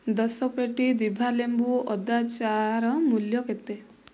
ଦଶ ପେଟି ଦିଭା ଲେମ୍ବୁ ଅଦା ଚା' ର ମୂଲ୍ୟ କେତେ